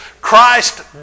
Christ